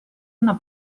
una